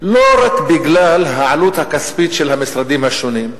לא רק בגלל העלות הכספית של המשרדים השונים,